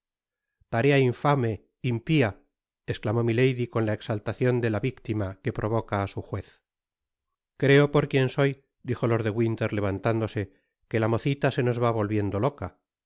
tarea infame impiat esclamó milady con la exaltacion de la víctima que provoca á su juez creo por quien soy dijo lord de winter levantándose que la mocita se nos va volviendo loca